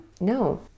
No